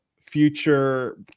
future